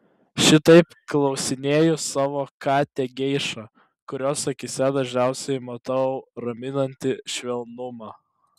šitaip klausinėju savo katę geišą kurios akyse dažniausiai matau raminantį švelnumą